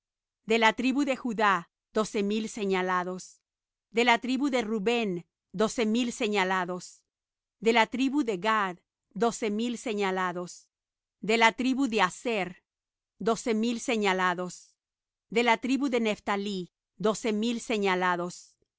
de la tribu de judá doce mil señalados de la tribu de rubén doce mil señalados de la tribu de gad doce mil señalados de la tribu de aser doce mil señalados de la tribu de neftalí doce mil señalados de